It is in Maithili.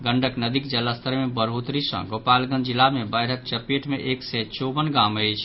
गंडक नदीक जलस्तर मे बढ़ोतरी सँ गोपालगंज जिला मे बाढ़िक चपेट मे एक सय चौवन गाम अछि